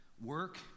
work